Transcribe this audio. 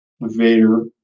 Vader